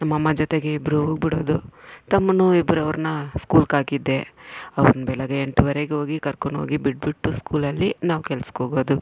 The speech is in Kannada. ನಮ್ಮಮ್ಮ ಜೊತೆಗೆ ಇಬ್ಬರೂ ಹೋಗ್ಬಿಡೋದು ತಮ್ಮನ್ನ ಇಬ್ಬರು ಅವ್ರನ್ನ ಸ್ಕೂಲ್ಗಾಕಿದ್ದೆ ಅವ್ರನ್ನ ಬೆಳಗ್ಗೆ ಎಂಟುವರೆಗೋಗಿ ಕರ್ಕೊಂಡೋಗಿ ಬಿಟ್ಬಿಟ್ಟು ಸ್ಕೂಲಲ್ಲಿ ನಾವು ಕೆಲಸಕ್ಕೋಗೋದು